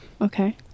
Okay